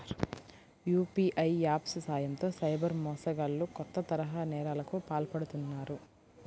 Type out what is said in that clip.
UPI apps సాయంతో cyber మోసగాళ్లు కొత్త తరహా నేరాలకు పాల్పడుతున్నారు